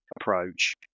approach